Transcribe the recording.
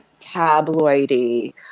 tabloidy